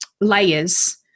layers